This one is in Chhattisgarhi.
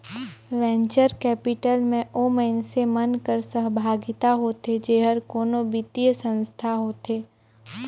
वेंचर कैपिटल में ओ मइनसे मन कर सहभागिता होथे जेहर कोनो बित्तीय संस्था होथे